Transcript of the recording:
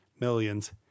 millions